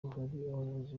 abayobozi